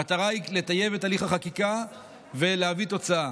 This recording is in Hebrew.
המטרה היא לטייב את הליך החקיקה ולהביא תוצאה.